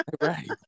Right